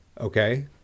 Okay